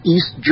East